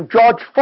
George